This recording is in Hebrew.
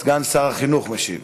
סגן שר החינוך משיב.